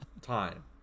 time